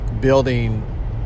building